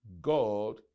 God